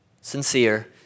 sincere